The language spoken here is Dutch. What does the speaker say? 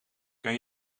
kan